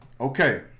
Okay